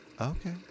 Okay